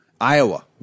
Iowa